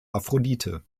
aphrodite